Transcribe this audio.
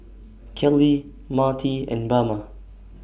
Kellie Marty and Bama